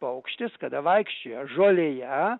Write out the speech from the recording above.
paukštis kada vaikščioja žolėje